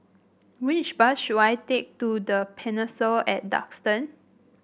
which bus should I take to The Pinnacle at Duxton